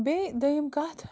بیٚیہِ دٔیِم کَتھ